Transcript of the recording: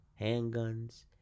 handguns